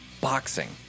boxing